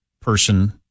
person